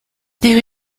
there